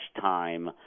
time